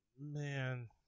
man